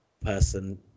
person